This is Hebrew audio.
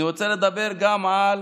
אני רוצה לדבר גם על